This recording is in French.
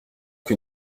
que